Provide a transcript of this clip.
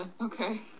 Okay